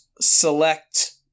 select